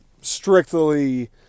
strictly